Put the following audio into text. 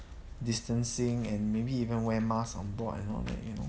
distancing and maybe even wear mask on board and all that you know